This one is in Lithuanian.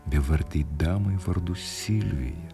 bevardei damai vardu silvija